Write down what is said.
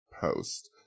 post